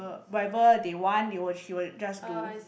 whatever they want they will she will just do